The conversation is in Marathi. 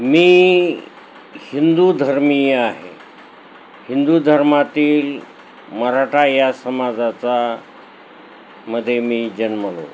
मी हिंदू धर्मी आहे हिंदू धर्मातील मराठा या समाजाचा मध्ये मी जन्मलो